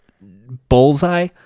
bullseye